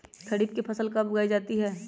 खरीफ की फसल कब उगाई जाती है?